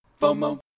FOMO